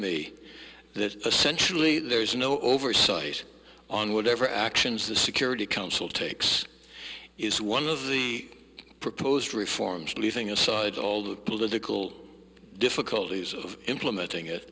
me that essentially there is no oversight on whatever actions the security council takes is one of the proposed reforms leaving aside all the political difficulties of implementing it